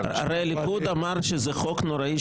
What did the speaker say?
הרי הליכוד אמר שזה חוק נוראי,